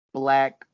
black